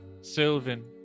Sylvan